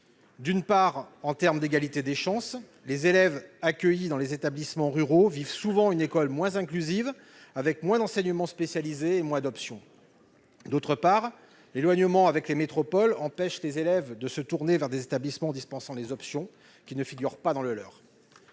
D'une part, en termes d'égalité des chances, les élèves accueillis dans les établissements ruraux vivent souvent une école moins inclusive, avec moins d'enseignements spécialisés et d'options. D'autre part, l'éloignement des métropoles empêche les élèves de se tourner vers des établissements dispensant les options qui ne figurent pas dans le leur.